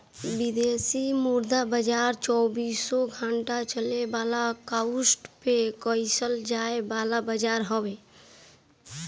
विदेशी मुद्रा बाजार चौबीसो घंटा चले वाला काउंटर पे कईल जाए वाला बाजार हवे